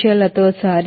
8 ಸಾರಿಗೆ